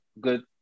good